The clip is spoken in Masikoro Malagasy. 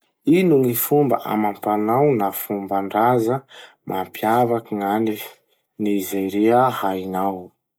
Ino gny fomba amam-panao na fomban-draza mampiavaky gn'any Nizeria hainao?